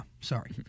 sorry